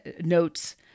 notes